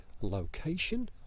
location